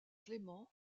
clément